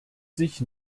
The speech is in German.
sich